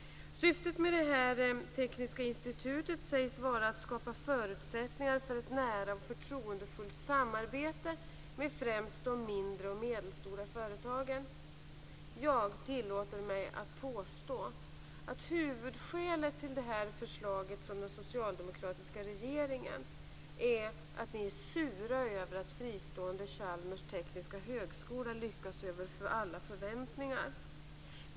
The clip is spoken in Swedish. Syftet med det tekniska institutet sägs vara att skapa förutsättningar för ett nära och förtroendefullt samarbete med främst de mindre och medelstora företagen. Jag tillåter mig att påstå att huvudskälet till det här förslaget från den socialdemokratiska regeringen är att ni är sura över att fristående Chalmers tekniska högskola lyckas över alla förväntningar.